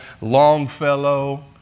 Longfellow